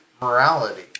morality